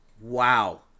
Wow